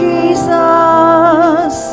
Jesus